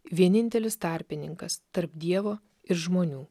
vienintelis tarpininkas tarp dievo ir žmonių